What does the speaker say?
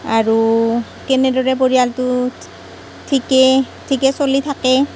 আৰু কেনেদৰে পৰিয়ালটো ঠিকেই ঠিকেই চলি থাকে